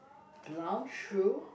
brown shoe